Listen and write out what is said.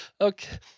okay